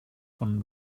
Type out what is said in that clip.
von